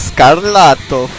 Scarlato